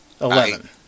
Eleven